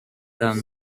them